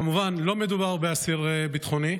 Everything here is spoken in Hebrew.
כמובן, לא מדובר באסיר ביטחוני.